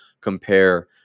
compare